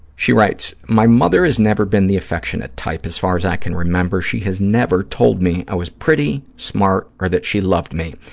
she writes, my mother has never been the affectionate type as far as i can remember. she has never told me i was pretty, smart or that she loved me,